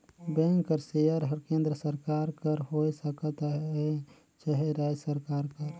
bank कर share हर केन्द्र सरकार कर होए सकत अहे चहे राएज सरकार कर